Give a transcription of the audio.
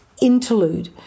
interlude